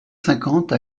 cinquante